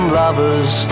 lovers